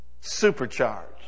Supercharged